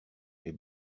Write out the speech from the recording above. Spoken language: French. mais